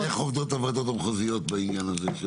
איך עובדות הוועדות המחוזיות בעניין הזה?